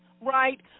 right